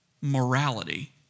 morality